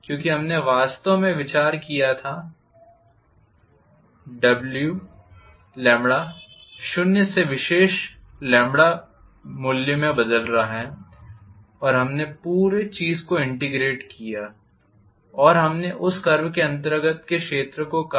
क्योंकि हमने वास्तव में विचार किया था शून्य से विशेष वेल्यू में बदल रहा है और हमने पूरी चीज को इंटेग्रेट किया और हमने उस कर्व के अंतर्गत के क्षेत्र को कहा